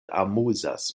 amuzas